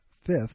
fifth